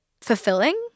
fulfilling